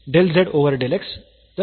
del z over del x